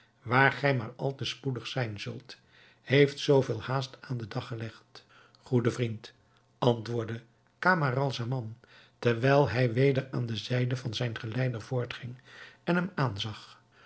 gij maar al te spoedig zijn zult heeft zoo veel haast aan den dag gelegd goede vriend antwoordde camaralzaman terwijl hij weder aan de zijde van zijn geleider voortging en hem aanzag